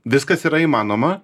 viskas yra įmanoma